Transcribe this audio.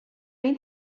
ein